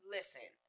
Listen